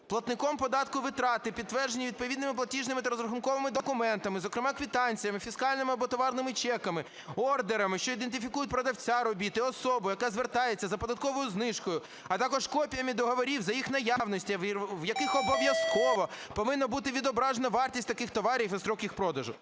платником податку витрати, підтверджені відповідними платіжними та розрахунковими документами, зокрема квитанціями, фіскальними або товарними чеками, ордерами, що ідентифікують продавця робіт і особу, яка звертається за податковою знижкою, а також копіями договорів, за їх наявності, в яких обов'язково повинно бути відображено вартість таких товарів і строк їх продажу".